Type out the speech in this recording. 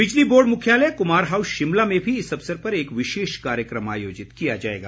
बिजली बोर्ड मुख्यालय कुमार हाउस शिमला में भी इस अवसर पर एक विशेष कार्यक्रम आयोजित किया जाएगा